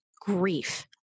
grief